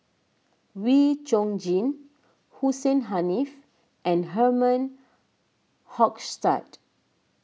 Wee Chong Jin Hussein Haniff and Herman Hochstadt